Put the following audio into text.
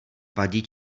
vadí